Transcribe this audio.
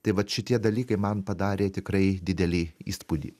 tai vat šitie dalykai man padarė tikrai didelį įspūdį